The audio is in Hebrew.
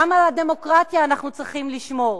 גם על הדמוקרטיה אנחנו צריכים לשמור.